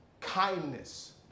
kindness